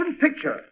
picture